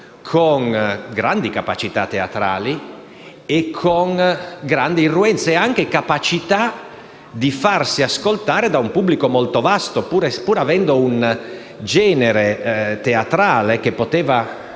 con grandi capacità teatrali, con grande irruenza e con la capacità di farsi ascoltare da un pubblico molto vasto, pur praticando un genere teatrale che poteva